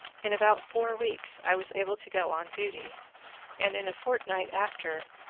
in about four weeks i was able to go on duty and in a fortnight after,